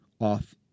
off